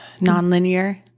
Non-linear